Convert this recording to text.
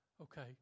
Okay